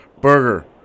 Burger